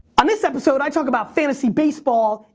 on this episode i talk about fantasy baseball,